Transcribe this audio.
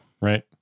right